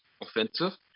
offensive